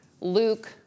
Luke